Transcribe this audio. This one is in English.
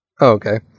okay